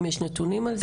האם יש נתונים על זה.